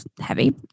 heavy